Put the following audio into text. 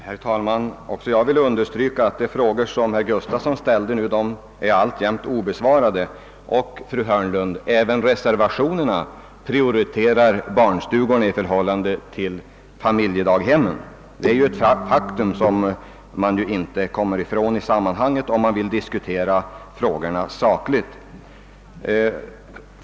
Herr talman! Också jag vill understryka att de frågor som ställts från reservanternas sida alltjämt är obesvarade. Till fru Hörnlund vill jag säga: Även reservationerna prioriterar barnstugorna i förhållande till familjedaghemmen. Det är ett faktum som man inte kommer ifrån om man vill diskutera frågorna sakligt.